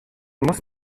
muss